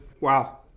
Wow